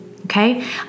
Okay